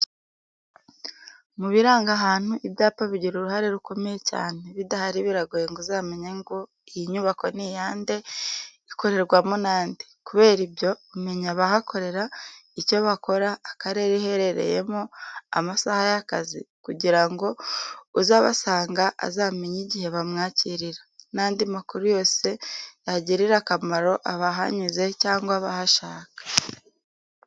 Mu biranga ahantu ibyapa bigira uruhare rukomeye cyane. Bidahari biragoye ngo uzamenye ngo iyi nyubako ni iyande, ikorerwamo na nde. Kubera byo, umenya abahakorera, icyo bakora, akarere iherereyemo, amasaha y'akazi kugira ngo uza abasanga azamenye igihe bamwakirira, n'andi makuru yose yagirira akamaro abahanyuze cyangwa bahashaka.